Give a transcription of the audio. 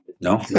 No